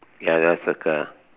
ya that one circle